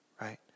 right